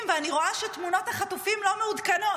ואני רואה שתמונות החטופים לא מעודכנות.